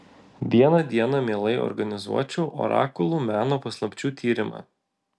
vieną dieną mielai organizuočiau orakulų meno paslapčių tyrimą